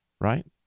right